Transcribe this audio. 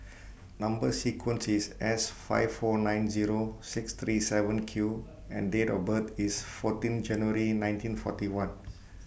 Number sequence IS S five four nine Zero six three seven Q and Date of birth IS fourteen January nineteen forty one